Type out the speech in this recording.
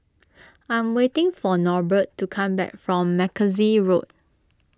I'm waiting for Norbert to come back from Mackenzie Road